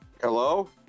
Hello